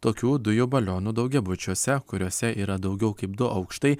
tokių dujų balionų daugiabučiuose kuriuose yra daugiau kaip du aukštai